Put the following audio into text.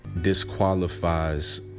disqualifies